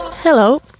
Hello